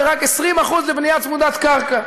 ורק 20% לבנייה צמודת קרקע.